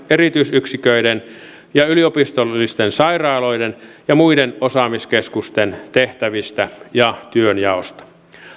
erityisyksiköiden ja yliopistollisten sairaaloiden ja muiden osaamiskeskusten tehtävistä ja työnjaosta